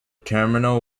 terminal